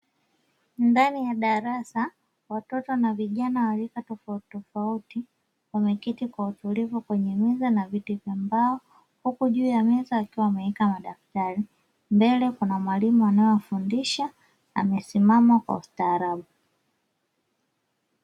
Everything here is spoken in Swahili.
Ndani ya darasa watoto na vijana wa rika tofautitofauti wameketi kwa utulivu kwenye meza na viti vya mbao, huku juu ya meza wakiwa wameweka madaktari mbele kuna mwalimu anayewafundisha amesimama kwa ustaarabu.